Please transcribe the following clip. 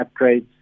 upgrades